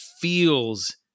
feels